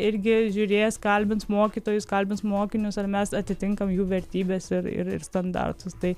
irgi žiūrės kalbins mokytojus kalbins mokinius ar mes atitinkam jų vertybes ir ir standartus tai